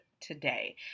today